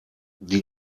die